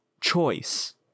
choice